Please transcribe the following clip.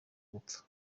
gupfa